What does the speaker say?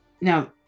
Now